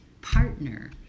partner